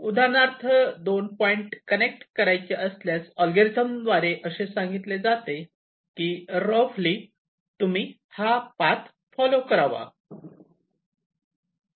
उदाहरणार्थ दोन point connect करायचे असल्यास अल्गोरिदम द्वारे असे सांगितले जाते की रफली तुम्ही हा पाथ फॉलो करावा